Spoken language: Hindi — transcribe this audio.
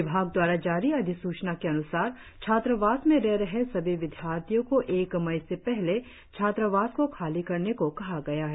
विभाग दवारा जारी अधिसूचना के अन्सार छात्रावास में रह रहे सभी विद्यार्थियों को एक मई से पहले छात्रावास को खाली करने को कहा गया है